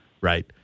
right